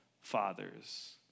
fathers